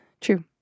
True